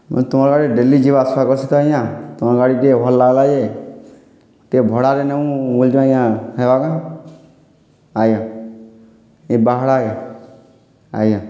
ମୁଇଁ ତୁମର୍ ଗାଡ଼ିରେ ଡ଼େଲି ଯିବା ଆସ୍ବା କରୁଛେ ତ ଆଜ୍ଞା ତମର୍ ଗାଡ଼ି ଟିକେ ଭଲ୍ ଲାଗ୍ଲା ଯେ ଟିକେ ଭଡ଼ାରେ ନେମୁଁ ବୋଲୁଛୁଁ ଆଜ୍ଞା ହେବାକେଁ ଆଜ୍ଞା ଇ ବାହାଡ଼ାକେ ଆଜ୍ଞା